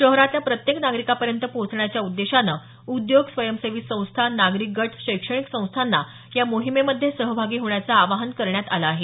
शहरातल्या प्रत्येक नागरिकांपर्यंत पोहचण्याच्या उद्देशानं उद्योग स्वयंसेवी संस्था नागरिक गट शैक्षणिक संस्थांना या मोहिमेमध्ये सहभागी होण्याचं आवाहन करण्यात आलं आहे